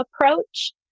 approach